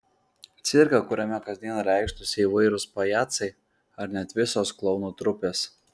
cirką kuriame kasdien reikštųsi įvairūs pajacai ar net visos klounų trupės